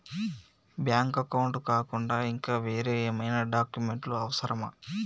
Bank account కాకుండా ఇంకా వేరే ఏమైనా డాక్యుమెంట్స్ అవసరమా?